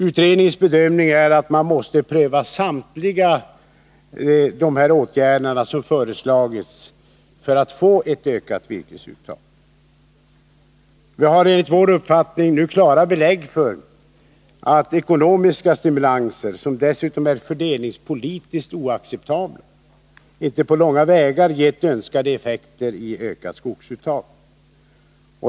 Utredningens bedömning är att man för att få ett ökat råvaruuttag måste pröva samtliga de åtgärder som föreslagits. Vi har enligt vår uppfattning nu klara belägg för att ekonomiska stimulanser — som dessutom är fördelningspolitiskt oacceptabla — inte på långa vägar gett önskade effekter i form av ökat skogsuttag.